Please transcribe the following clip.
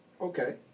Okay